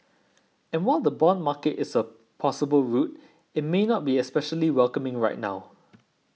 and while the bond market is a possible route it may not be especially welcoming right now